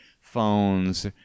phones